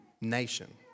nation